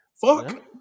Fuck